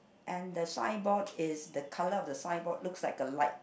and the signboard is the colour of the signboard looks like a light